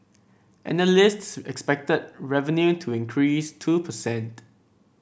analysts expected revenue to increase two per cent